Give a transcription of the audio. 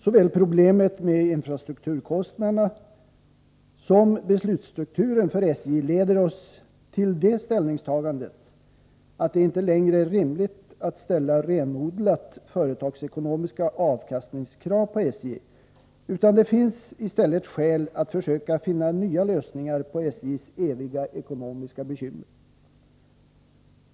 Såväl problemet med infrastrukturkostnaderna som beslutsstrukturen för SJ leder oss till det ställningstagandet att det inte längre är rimligt att ställa renodlat företagsekonomiska avkastningskrav på SJ, utan det finns i stället skäl att försöka finna nya lösningar på SJ:s eviga ekonomiska bekymmer.